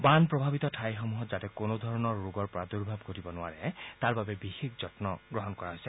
বান প্ৰভাৱিত ঠাইতসমূহত যাতে কোনো ধৰণৰ ৰোগৰ প্ৰাদুৰ্ভাৱ ঘটিব নোৱাৰে তাৰ বাবে বিশেষ যম্ন লোৱা হৈছে